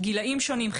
גילאים שונים,